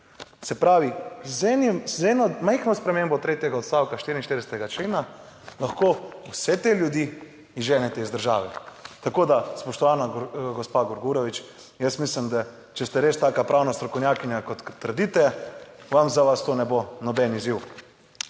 z enim, z eno majhno spremembo tretjega odstavka 44. člena, lahko vse te ljudi izženete iz države. Tako, da spoštovana gospa Grgurevič, jaz mislim, da če ste res taka pravna strokovnjakinja, kot trdite, vam za vas to ne bo noben izziv.